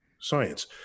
science